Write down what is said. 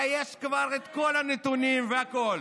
איזה סיפורים, ויש כבר את כל הנתונים והכול.